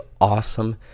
awesome